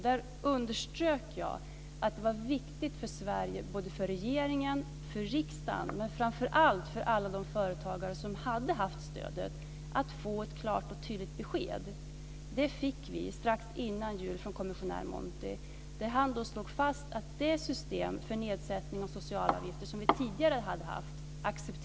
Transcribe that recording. Då underströk jag att det var viktigt för Sverige, både för regeringen och riksdagen, men framför allt för alla de företagare som hade haft stödet att få ett klart och tydligt besked. Det fick vi strax innan jul från kommissionär Monti. Han slog fast att kommissionen inte accepterade det system för nedsättning av sociala avgifter som vi tidigare hade haft.